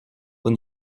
vous